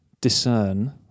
discern